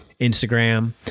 Instagram